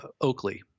Oakley